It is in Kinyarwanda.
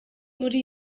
muri